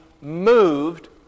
moved